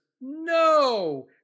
No